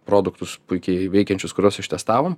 produktus puikiai veikiančius kuriuos ištestavom